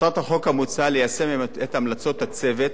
מטרת החוק המוצע, ליישם את המלצות הצוות